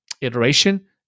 iteration